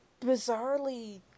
bizarrely